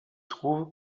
trouve